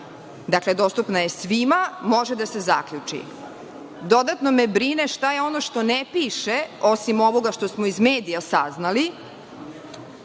dakle, dostupna je svima, može da se zaključi. Dodatno me brine šta je ono što ne piše, osim ovoga što smo iz medija saznali,